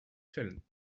fällen